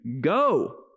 go